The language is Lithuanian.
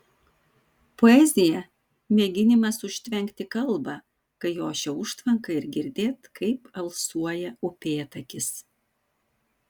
poezija mėginimas užtvenkti kalbą kai ošia užtvanka ir girdėt kaip alsuoja upėtakis